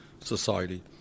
society